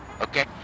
okay